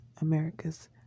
America's